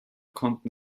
konnten